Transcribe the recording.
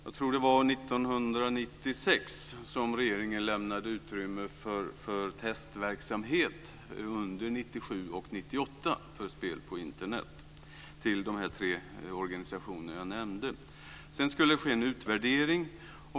Jag tror att det var 1996 som regeringen lämnade utrymme för testverksamhet under 1997 och 1998 för spel på Internet till de tre organisationer jag nämnde. Sedan skulle det ske en utvärdering.